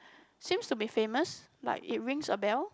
seems to be famous like it rings a bell